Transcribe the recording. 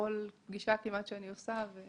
בכל פגישה כמעט שאני עושה.